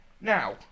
Now